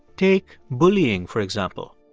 take bullying, for example.